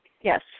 Yes